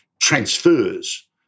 transfers